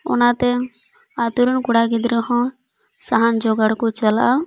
ᱚᱱᱟᱛᱮ ᱟᱹᱛᱩ ᱨᱮᱱ ᱠᱚᱲᱟ ᱜᱤᱫᱽᱨᱟᱹ ᱦᱚᱸ ᱥᱟᱦᱟᱱ ᱡᱚᱜᱟᱲ ᱠᱚ ᱪᱟᱞᱟᱜᱼᱟ